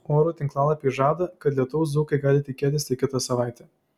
orų tinklalapiai žada kad lietaus dzūkai gali tikėtis tik kitą savaitę